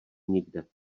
nikde